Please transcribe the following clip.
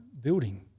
building